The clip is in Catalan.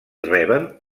reben